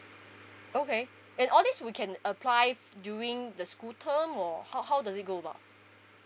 okay and all this we can apply f~ during the school term or how how does it go about